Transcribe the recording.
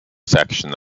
section